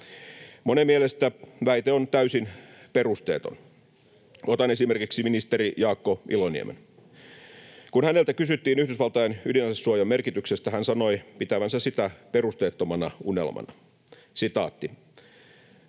Monen mielestä väite on täysin perusteeton. Otan esimerkiksi ministeri Jaakko Iloniemen. Kun häneltä kysyttiin Yhdysvaltain ydinasesuojan merkityksestä, hän sanoi pitävänsä sitä perusteettomana unelmana: ”Olen